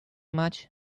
much